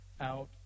out